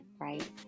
right